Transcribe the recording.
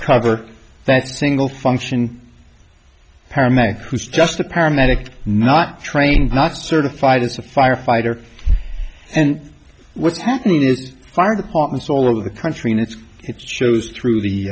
cover that single function paramedic who's just a paramedic not trained not certified as a firefighter and what's happening is fire departments all over the country and it's it shows through the